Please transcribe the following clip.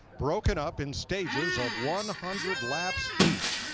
broken up and stages of one hundred laps each.